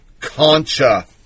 Concha